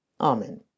Amen